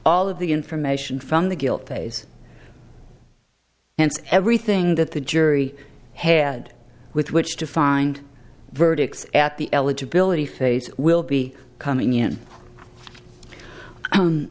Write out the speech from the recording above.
all of the information from the guilt phase and everything that the jury had with which to find verdicts at the eligibility phase will be coming in